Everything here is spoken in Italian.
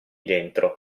dentro